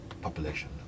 population